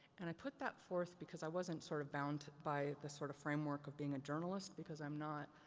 and i put that forth because i wasn't sort of bound by the sort of framework of being a journalist because i'm not.